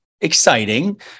exciting